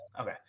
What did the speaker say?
okay